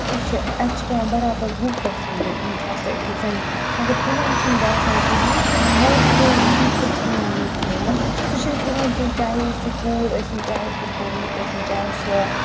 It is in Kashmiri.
تہِ چھِ اَتہِ چھِ پٮ۪وان برابر وُہ پٔرسَنٛٹ دیُن اِنٹرٛسٹ أکِس زَںہِ مگر تِمَن چھِنہٕ باسان کِہیٖنۍ موسٹ پیٖپٕل چھِ نِوان ییٚتہِ لون سُہ چھِنہٕ کٕہٕنۍ تہِ چاہے سُہ کوٗر ٲسِن چاہے تیٚمۍ پوٚرمُت ٲسِن چاہے سۄ